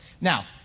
Now